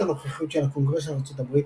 הנוכחית של הקונגרס של ארצות הברית,